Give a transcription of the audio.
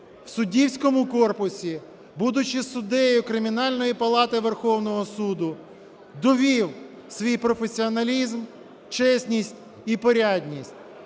в суддівському корпусі будучи суддею Кримінальної палати Верховного Суду довів свій професіоналізм, чесність і порядність.